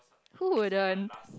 who wouldn't